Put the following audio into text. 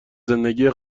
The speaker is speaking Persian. زندگی